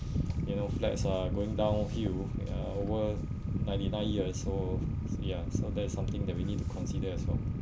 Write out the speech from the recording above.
you know flats are going downhill ya over ninety nine years so ya so that is something that we need to consider as well